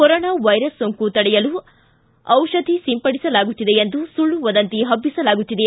corona virus ಸೋಂಕು ತಡೆಯಲು ಔಷಧಿ ಸಿಂಪಡಿಸಲಾಗುತ್ತಿದೆ ಎಂದು ಸುಳ್ಳು ವದಂತಿ ಹಬ್ಬಿಸಲಾಗುತ್ತಿದೆ